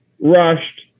rushed